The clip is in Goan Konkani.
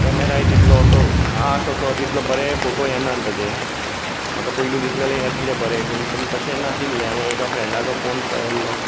कॅमेराय तितलो असो खास असो तितलो बरें फोटो येना ताजे म्हाका पयली दिसललें येतले बरें पूण पूण तशें नाशिल्लें हांवें एका फ्रॅंडाचो फोन पळयल्लो